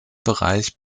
bereich